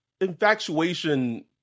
infatuation